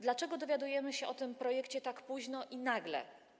Dlaczego dowiadujemy się o tym projekcie tak późno i nagle?